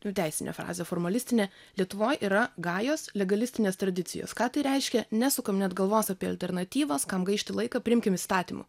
nu teisinė frazė formalistinė lietuvoj yra gajos legalistinės tradicijos ką tai reiškia nesukam net galvos apie alternatyvas kam gaišti laiką priimkim įstatymu